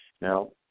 Now